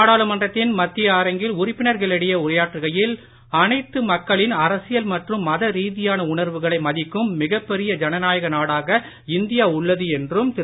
நாடாளுமன்றத்தின் மத்திய அரங்கில் உறுப்பினர்களிடையே உரையாற்றுகையில் அனைத்து மக்களின் அரசியல் மற்றும் மத ரீதியான உணர்வுகளை மதிக்கும் மிகப் பெரிய ஜனநாயக நாடாக இந்தியா உள்ளது என்றும்திரு